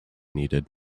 needed